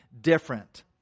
different